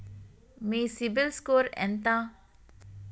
మీ CIBIL score ఎంత ఉంది?